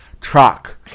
truck